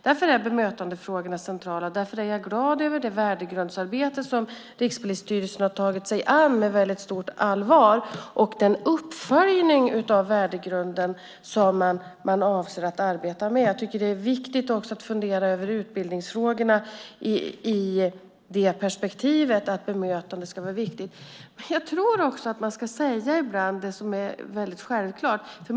Därför är bemötandefrågorna centrala, och därför är jag glad för det värdegrundsarbete som Rikspolisstyrelsen med stort allvar tagit sig an. Det gäller också den uppföljning av värdegrunden som de avser att arbeta med. Likaså är det viktigt att fundera över utbildningsfrågorna i perspektivet av att bemötandet är viktigt. Jag tror att man ibland ska säga sådant som är självklart.